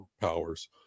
powers